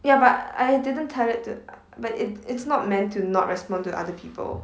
ya but I didn't tell it to I but it it's not meant to not respond to other people